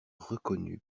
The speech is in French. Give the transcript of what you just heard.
reconnut